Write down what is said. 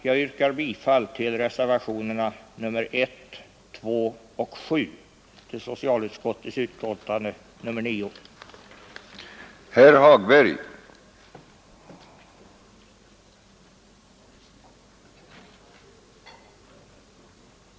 Jag yrkar bifall till reservationerna 1, 2 och 7 vid socialutskottets betänkande nr 9.